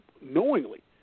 knowingly